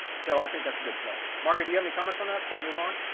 so i think that's a good plan market. you have any comments on that for move on?